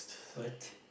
what